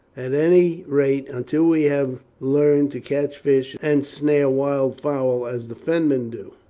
at any rate until we have learned to catch fish and snare wildfowl as the fenmen do.